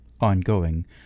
ongoing